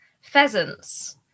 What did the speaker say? pheasants